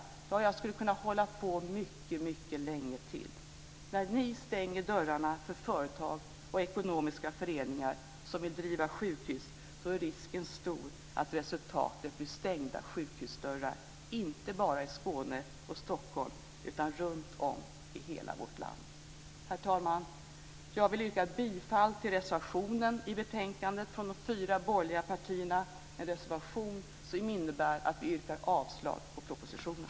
Ja, jag skulle hålla på mycket länge till. När ni stänger dörrarna för företag och ekonomiska föreningar som vill driva sjukhus då är risken stor att resultatet blir stängda sjukhusdörrar - inte bara i Skåne och Stockholm utan runtom i hela vårt land. Herr talman! Jag yrkar bifall till reservationen i betänkandet från de fyra borgerliga partierna, en reservation som innebär att vi yrkar avslag på propositionen.